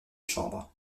chambres